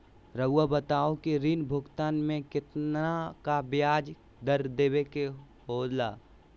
रहुआ बताइं कि ऋण भुगतान में कितना का ब्याज दर देवें के होला?